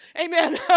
Amen